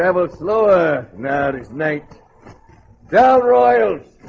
um ah slower maddie snake down royals.